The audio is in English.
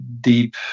deep